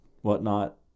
whatnot—